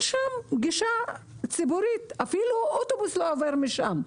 שם גישה ציבורית ואפילו אוטובוס לא עובר שם.